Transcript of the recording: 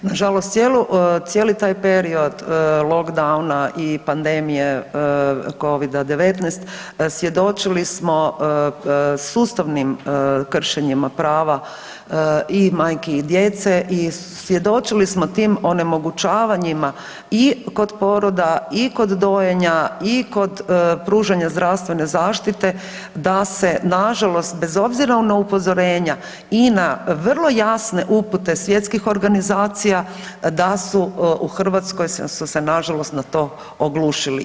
Na žalost cijeli taj period lockdowna i pandemije Covida-19 svjedočili smo sustavnim kršenjima prava i majki i djece i svjedočili smo tim onemogućavanjima i kod poroda, i kod dojenja i kod pružanja zdravstvene zaštite da se na žalost bez obzira na upozorenja i na vrlo jasne upute svjetskih organizacija da su u Hrvatskoj su se na žalost na to oglušili.